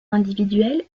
individuel